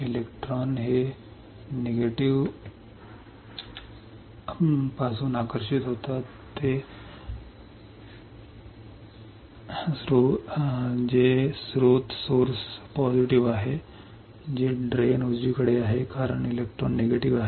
electron आकर्षित होतात जे स्त्रोत सकारात्मक आहे जे ड्रेन उजवीकडे आहे कारण इलेक्ट्रॉन नकारात्मक आहेत